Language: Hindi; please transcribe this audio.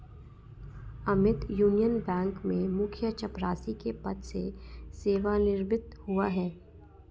अमित यूनियन बैंक में मुख्य चपरासी के पद से सेवानिवृत हुआ है